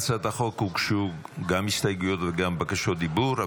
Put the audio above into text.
להצעת החוק הוגשו גם הסתייגויות וגם בקשות דיבור,